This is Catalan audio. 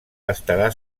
estarà